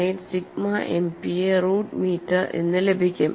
1678 sigma MPa root metre എന്ന് ലഭിക്കും